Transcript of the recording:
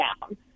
down